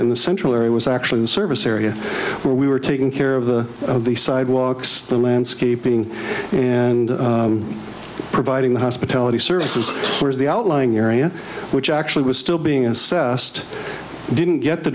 in the central area was actually the service area where we were taking care of the of the sidewalks the landscaping and providing the hospitality services for the outlying area which actually was still being assessed didn't get the